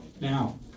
Now